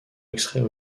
extraire